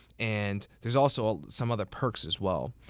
and there's also some other perks as well.